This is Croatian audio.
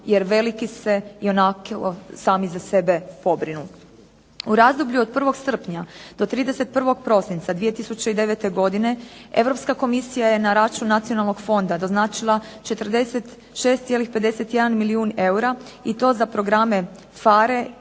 jer veliki se i onako za sebe sami pobrinu. U razdoblju od 1. srpnja do 31. prosinca 2009. godine Europska komisija je na račun Nacionalnog fonda doznačila 46,51 milijun eura i to za programe PHARE,